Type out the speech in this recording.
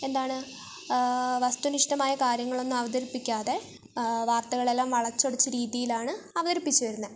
എന്താണ് വസ്തു നിഷ്ഠമായ കാര്യങ്ങളൊന്നും അവതരിപ്പിക്കാതെ വാർത്തകളെല്ലാം വളച്ചൊടിച്ച രീതിയിലാണ് അവതരിപ്പിച്ച് വരുന്നത്